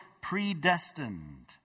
predestined